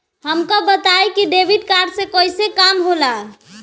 हमका बताई कि डेबिट कार्ड से कईसे काम होला?